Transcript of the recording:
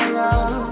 love